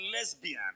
lesbian